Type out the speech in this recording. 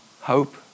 hope